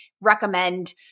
recommend